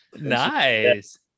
Nice